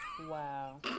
Wow